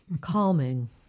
calming